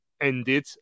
ended